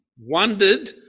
wondered